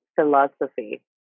philosophy